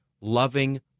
loving